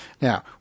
Now